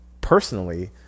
personally